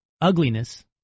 ugliness